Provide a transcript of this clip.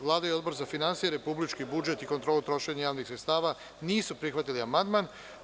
Vlada i Odbor za finansije, republički budžet i kontrolu trošenja javnih sredstava nisu prihvatili amandman.